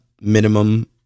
minimum